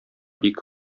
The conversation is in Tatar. ике